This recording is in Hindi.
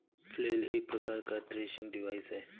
फ्लेल एक प्रकार का थ्रेसिंग डिवाइस है